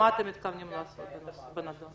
מה אתם מתכוונים לעשות בנדון?